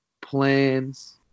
plans